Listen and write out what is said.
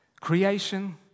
Creation